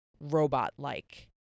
robot-like